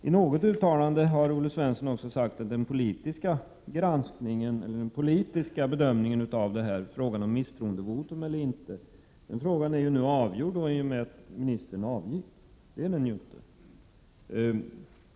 I något uttalande har Olle Svensson också sagt att den politiska bedömningen av frågan om misstroendevotum eller inte är avgjord i och med att ministern avgick. Det är den ju inte!